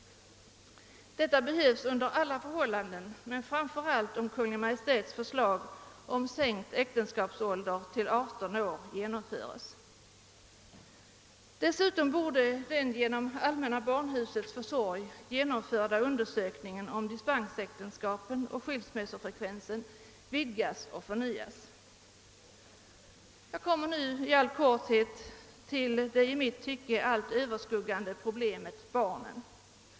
Sådan upplysning behövs under alla förhållanden men framför allt om Kungl. Maj:ts förslag om sänkt äktenskapsålder till 18 år genomförs. Dessutom borde den genom Allmänna barnhusets försorg utförda undersökningen om dispensäktenskapen och = skilsmässofrekvensen vidgas och förnyas. Herr talman! Jag kommer nu att helt kort beröra det i mitt tycke allt över skuggande problemet, nämligen barnen.